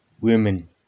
women